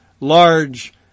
large